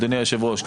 אדוני היושב-ראש,